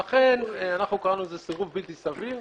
ולכן אנחנו קראנו לזה סירוב בלתי סביר.